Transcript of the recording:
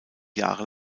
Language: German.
jahre